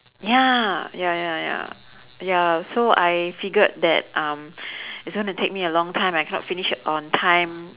ya ya ya ya ya so I figured that um it's gonna take me a long time I cannot finish it on time